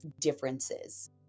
differences